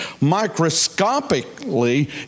microscopically